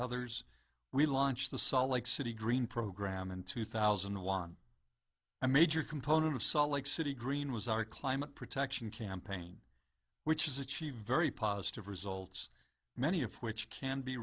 others we launched the salt lake city green program in two thousand and one a major component of salt lake city green was our climate protection campaign which is achieve very positive results many of which can be